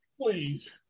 please